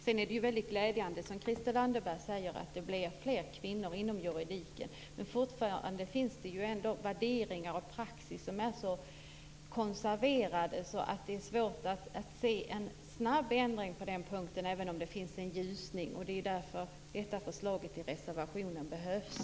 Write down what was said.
Sedan är det glädjande, som Christel Anderberg säger, att det blir fler kvinnor inom juridiken. Men det finns fortfarande värderingar och praxis som är så konserverade att det är svårt att se en snabb ändring på den punkten även om det finns en ljusning. Det är därför förslaget i reservationen behövs.